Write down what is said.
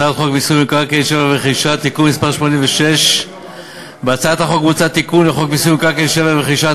הצעת חוק מיסוי מקרקעין (שבח ורכישה) (תיקון מס' 86). בהצעת החוק מוצע תיקון לחוק מיסוי מקרקעין (שבח ורכישה),